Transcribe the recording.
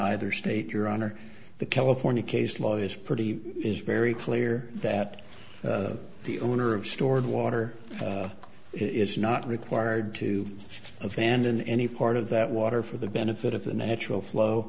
either state your honor the california case law is pretty is very clear that the owner of stored water is not required to abandon any part of that water for the benefit of the natural flow